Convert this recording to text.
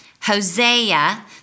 Hosea